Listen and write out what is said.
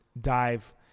dive